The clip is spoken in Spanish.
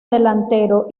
delantero